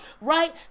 Right